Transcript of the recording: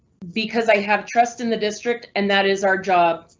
because i have trust in the district and that is our job.